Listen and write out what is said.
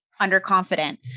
underconfident